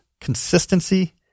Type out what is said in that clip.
consistency